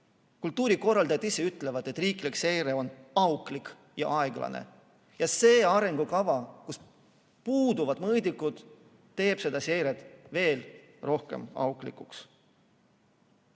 Kultuurikorraldajad ise ütlevad, et riiklik seire on auklik ja aeglane. Ja see arengukava, kus puuduvad mõõdikud, teeb selle seire veel rohkem auklikuks.